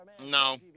No